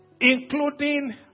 including